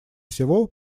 всего